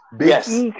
Yes